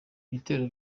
ibitero